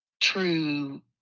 true